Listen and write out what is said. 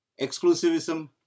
exclusivism